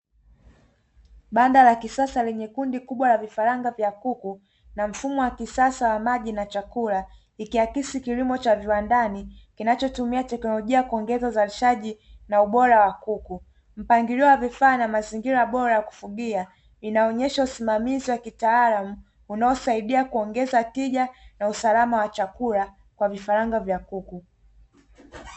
Banda la kisasa lenye kundi kubwa la vifaranga vya kuku na mfumo wa kisasa wa maji na chakula, ikihakisi kilimo cha viwandani kinachotumia teknolojia kuongeza uzalishaji na ubora wa kuku. Mpangilio wa vifaa na mazingira bora ya kufugia inaonyesha usimamizi wa kitaalamu unaosaidia kuongeza tija na usalama wa chakula kwa vifaranga vya kuku.